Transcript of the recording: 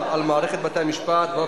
שמעת את התנאי של בילסקי?